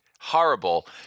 horrible